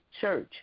church